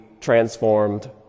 transformed